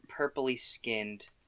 purpley-skinned